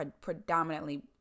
predominantly